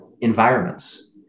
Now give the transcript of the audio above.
environments